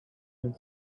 and